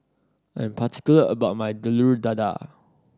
I am particular about my Telur Dadah